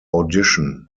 audition